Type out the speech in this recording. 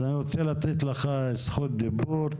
אז אני רוצה לתת לך זכות דיבור.